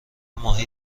ماهی